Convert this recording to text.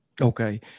Okay